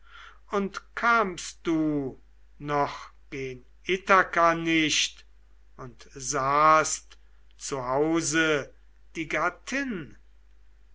und kamst du noch gen ithaka nicht und sahst zu hause die gattin